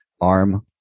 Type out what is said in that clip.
arm